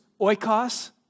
Oikos